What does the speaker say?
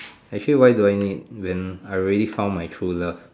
actually why do I need when I already found my true love